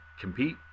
compete